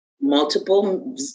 multiple